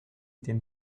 den